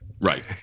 right